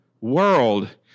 world